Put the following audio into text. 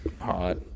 hot